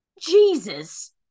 Jesus